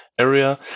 area